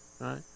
right